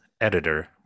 editor